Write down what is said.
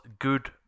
good